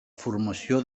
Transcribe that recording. formació